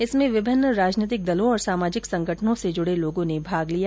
इसमें विभिन्न राजनैतिक दलों और सामाजिक संगठनों से जुड़े लोगों ने भाग लिया